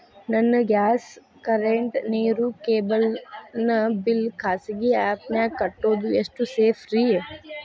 ನನ್ನ gas current, ನೇರು, cable ನ ಬಿಲ್ ಖಾಸಗಿ ಆ್ಯಪ್ ನ್ಯಾಗ್ ಕಟ್ಟೋದು ಎಷ್ಟು ಸೇಫ್ರಿ?